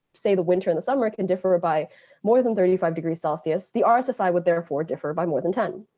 say, the winter in the summer can differ by more than thirty five degrees celsius, the um rssi would therefore differ by more than ten.